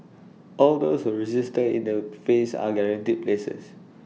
all those who register in the phase are guaranteed places